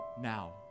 now